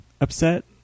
upset